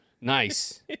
Nice